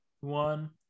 one